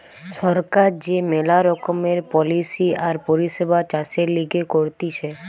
সরকার যে মেলা রকমের পলিসি আর পরিষেবা চাষের লিগে করতিছে